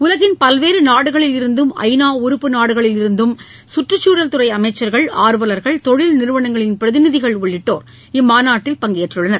உலகின் பல்வேறு நாடுகளிலிருந்தும் ஐநா உறுப்பு நாடுகளில் இருந்தும் சுற்றுச்சூழல் துறை அமைச்சர்கள் ஆர்வலர்கள் தொழில் நிறுவனங்களின் பிரதிநிதிகள் உள்ளிட்டோர் இம்மாநாட்டில் பங்கேற்றுள்ளனர்